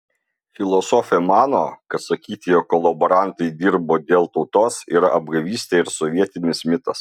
filosofė mano kad sakyti jog kolaborantai dirbo dėl tautos yra apgavystė ir sovietinis mitas